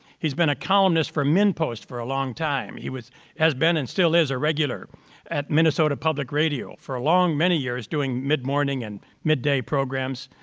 he's been a columnist for minnpost for a long time. he has been, and still is, a regular at minnesota public radio for, a long, many years doing midmorning and midday programs,